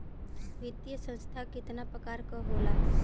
वित्तीय संस्था कितना प्रकार क होला?